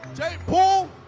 paul!